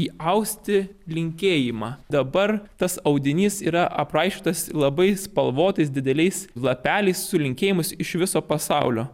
į austi linkėjimą dabar tas audinys yra apraišiotas labai spalvotais dideliais lapeliais su linkėjimais iš viso pasaulio